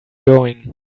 going